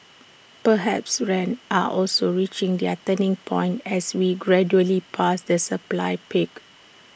perhaps rents are also reaching their turning point as we gradually pass the supply peak